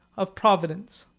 of providence.